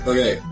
Okay